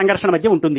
సంఘర్షణ మధ్య ఉంటుంది